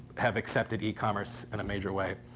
have accepted e-commerce in a major way.